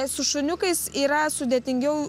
su šuniukais yra sudėtingiau